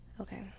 Okay